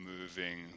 moving